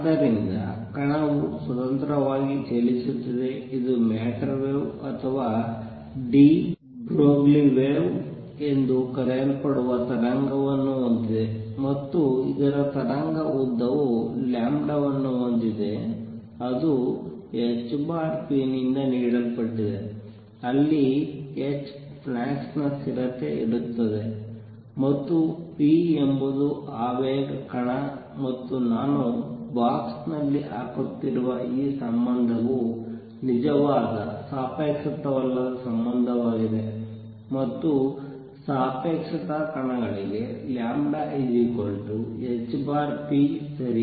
ಆದ್ದರಿಂದ ಕಣವು ಸ್ವತಂತ್ರವಾಗಿ ಚಲಿಸುತ್ತಿದೆ ಇದು ಮ್ಯಾಟರ್ ವೇವ್ ಅಥವಾ ಡಿ ಬ್ರೊಗ್ಲಿ ವೇವ್ ಎಂದು ಕರೆಯಲ್ಪಡುವ ತರಂಗವನ್ನು ಹೊಂದಿದೆ ಮತ್ತು ಇದರ ತರಂಗ ಉದ್ದವು ಲ್ಯಾಂಬ್ಡಾ ವನ್ನು ಹೊಂದಿದೆ ಅದು h p ನಿಂದ ನೀಡಲ್ಪಟ್ಟಿದೆ ಅಲ್ಲಿ h ಪ್ಲ್ಯಾಂಕ್ ನ ಸ್ಥಿರತೆ ಇರುತ್ತದೆ ಮತ್ತು p ಎಂಬುದು ಆವೇಗ ಕಣ ಮತ್ತು ನಾನು ಬಾಕ್ಸ್ ನಲ್ಲಿ ಹಾಕುತ್ತಿರುವ ಈ ಸಂಬಂಧವು ನಿಜವಾದ ಸಾಪೇಕ್ಷವಲ್ಲದ ಸಂಬಂಧವಾಗಿದೆ ಮತ್ತು ಸಾಪೇಕ್ಷತಾ ಕಣಗಳಿಗೆ λhp ಸರಿ